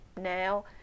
now